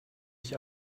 ich